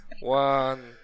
one